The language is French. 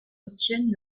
obtiennent